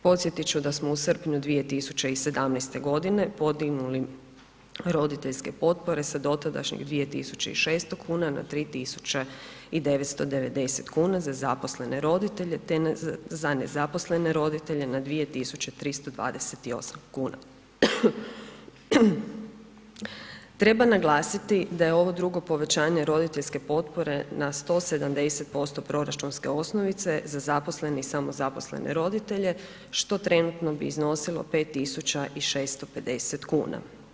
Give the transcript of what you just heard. Podsjetit ću da smo u srpnju 2017. g. podignuli roditeljske potpore sa dotadašnjih 2600 kn na 3990 kn za zaposlene roditelje te za nezaposlene roditelje na 2328 kn. treba naglasiti da je ovo drugo povećanje roditeljske potpore na 170% proračunske osnovice za zaposlene i samozaposlene roditelje, što trenutno bi iznosilo 5650 kn.